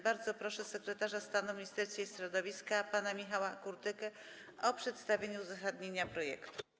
Bardzo proszę sekretarza stanu w Ministerstwie Środowiska pana Michała Kurtykę o przedstawienie uzasadnienia projektu.